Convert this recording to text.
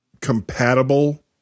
compatible